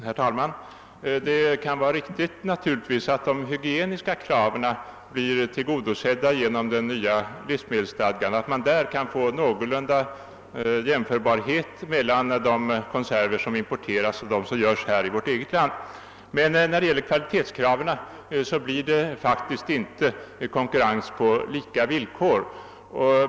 Herr talman! Det kan naturligtvis vara riktigt att de hygieniska kraven blir tillgodosedda när vi får den nya livsmedelsstadgan genom att de konserver som importeras någorlunda kan jämföras med dem som tillverkas i vårt land, men när det gäller kvalitetskra 'ven blir det faktiskt inte konkurrens på lika villkor.